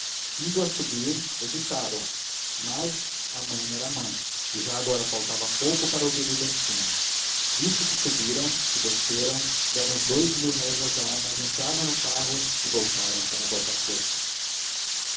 indo a subir hesitaram mas a mãe era mãe e já agora faltava pouco para ouvir o destino viste que subiram que desceram deram os dous mil réis às almas entraram no carro e voltaram para botafogo